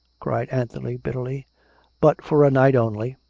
cried anthony bitterly but for a night only.